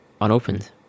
Unopened